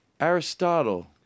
Aristotle